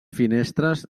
finestres